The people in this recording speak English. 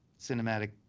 cinematic